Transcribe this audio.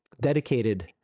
dedicated